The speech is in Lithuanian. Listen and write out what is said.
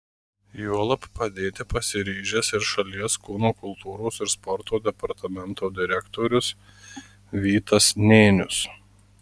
juolab padėti pasiryžęs ir šalies kūno kultūros ir sporto departamento direktorius vytas nėnius